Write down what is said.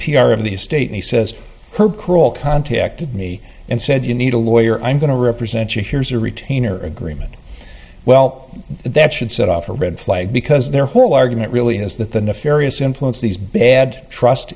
r of the state he says her crawl contacted me and said you need a lawyer i'm going to represent you here's a retainer agreement well that should set off a red flag because their whole argument really is that the nefarious influence these bad trust